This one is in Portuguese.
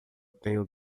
tenho